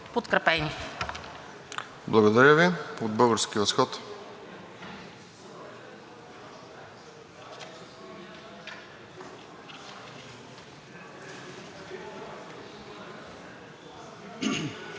Благодаря Ви. От „Български възход“?